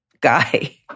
guy